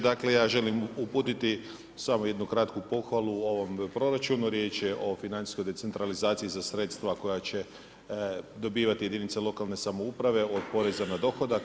Dakle, ja želim uputiti samo jednu kratku pohvalu u ovom proračunu, riječ je o financijskoj decentralizaciji za sredstva koja će dobivati jedinice lokalne samouprave od poreza na dohodak.